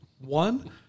One